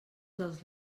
dels